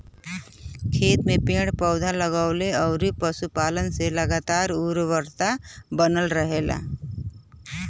खेत में पेड़ पौधा, लगवला अउरी पशुपालन से लगातार उर्वरता बनल रहेला